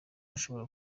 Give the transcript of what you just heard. ashobora